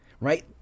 right